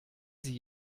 sie